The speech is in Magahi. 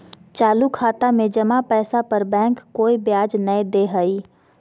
चालू खाता में जमा पैसा पर बैंक कोय ब्याज नय दे हइ